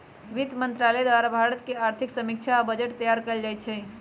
वित्त मंत्रालय द्वारे भारत के आर्थिक समीक्षा आ बजट तइयार कएल जाइ छइ